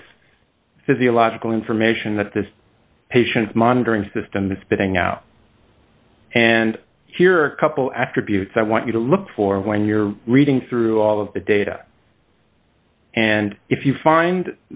this physiological information that this patient monitoring system is spinning out and here a couple after abuse i want you to look for when you're reading through all of the data and if you find